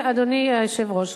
אדוני היושב-ראש,